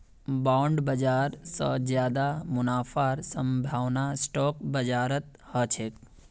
bond बाजार स ज्यादा मुनाफार संभावना स्टॉक बाजारत ह छेक